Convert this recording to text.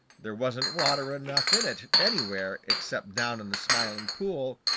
there wasn't water enough in it anywhere except down in the smiling pool,